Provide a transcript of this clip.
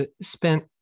spent